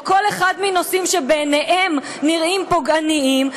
או כל אחד מנושאים שבעיניהם נראים פוגעניים,